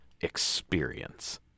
experience